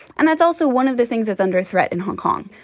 and that's also one of the things that's under threat in hong kong.